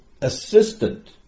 assistant